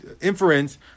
inference